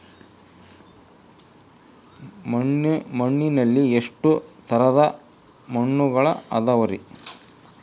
ಮಣ್ಣಿನಲ್ಲಿ ಎಷ್ಟು ತರದ ಮಣ್ಣುಗಳ ಅದವರಿ?